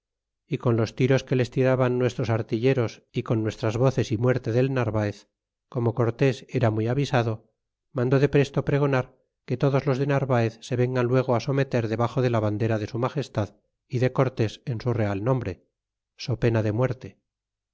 y con los tiros que les tiraban nuestros artilleros y con nuestras voces é muerte del narvaez como cortés era muy avisado mandó depresto pregonar que todos los de narvaez se vengan lego someter debaxo de la bandera de su magestad y de cortés en su real nombre sopena de muerte